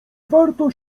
warto